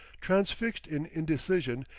transfixed in indecision,